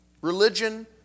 religion